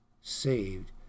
saved